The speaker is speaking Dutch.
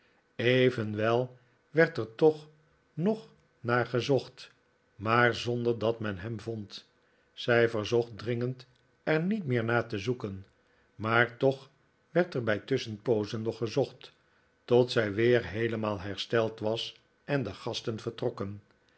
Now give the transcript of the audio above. evenwel werd er toch nog naar gezocht maar zonder dat men hem vond zij verzocht dringend er niet meer naar te zoeken maar toch werd er bij tusschenpoozen nog gezocht tot zij weer heelemaal hersteld was en de gasten vertrokken